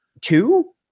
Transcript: two